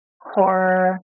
horror